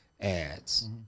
ads